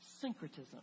Syncretism